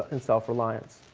in self alliance.